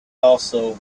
also